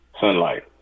sunlight